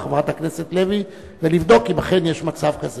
חברת הכנסת לוי ולבדוק אם אכן יש מצב כזה.